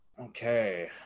Okay